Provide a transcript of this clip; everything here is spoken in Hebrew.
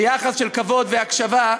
ביחס של כבוד והקשבה,